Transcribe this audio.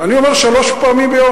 אני אומר שלוש פעמים ביום,